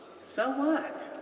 so what?